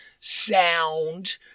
sound